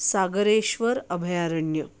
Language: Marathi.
सागरेश्वर अभयारण्य